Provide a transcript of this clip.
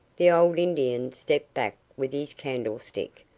the old indian stepped back with his candlestick,